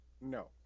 No